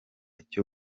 cyo